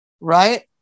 right